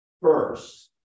first